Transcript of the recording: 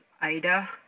Ida